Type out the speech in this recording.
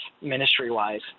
ministry-wise